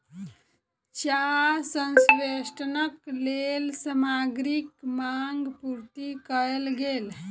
चाह संवेष्टनक लेल सामग्रीक मांग पूर्ति कयल गेल